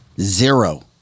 Zero